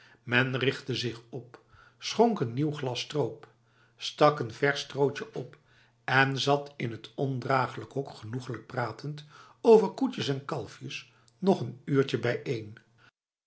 men richtte zich op schonk een nieuw glas stroop stak n vers strootje op en zat in het ondraaglijk hok genoeglijk pratend over koetjes en kalfjes nog n uurtje bijeen